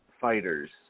fighters